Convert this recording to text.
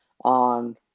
on